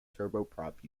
turboprop